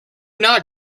not